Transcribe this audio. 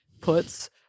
Puts